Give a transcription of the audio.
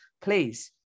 please